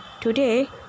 Today